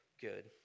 good